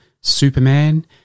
Superman